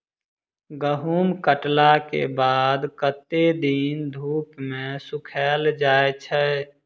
गहूम कटला केँ बाद कत्ते दिन धूप मे सूखैल जाय छै?